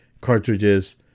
cartridges